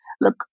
look